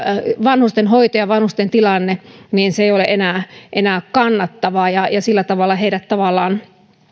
vanhustenhoito ja vanhusten tilanne ei ole enää enää kannattavaa ja sillä tavalla heidät tavallaan